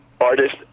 artist